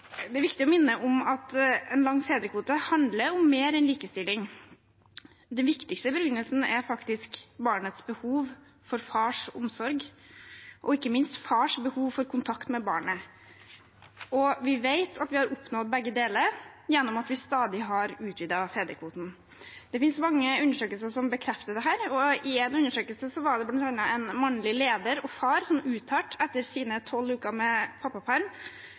det er viktig å minne om at en lang fedrekvote handler om mer enn likestilling. Den viktigste begrunnelsen er barnets behov for fars omsorg og ikke minst fars behov for kontakt med barnet. Vi vet at vi har oppnådd begge deler gjennom at vi stadig har utvidet fedrekvoten. Det finnes mange undersøkelser som bekrefter dette. I en undersøkelse var det bl.a. en mannlig leder og far som uttalte etter sine tolv uker med pappaperm: